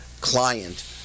client